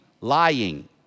Lying